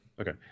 Okay